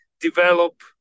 develop